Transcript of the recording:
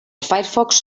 firefox